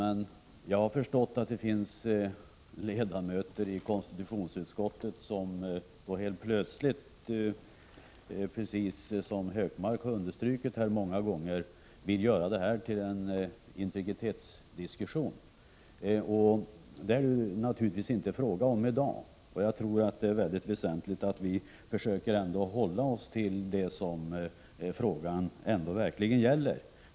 Men jag har förstått att det finns ledamöter i konstitutionsutskottet som helt plötsligt — precis som Gunnar Hökmark har understrukit många gånger — vill göra detta till en integritetsdiskussion. Det är det naturligtvis inte fråga om i dag. Jag tror att det är mycket väsentligt att vi ändå försöker hålla oss till det som frågan verkligen gäller.